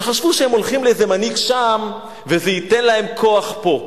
שחשבו שהם הולכים לאיזה מנהיג שם וזה ייתן להם כוח פה.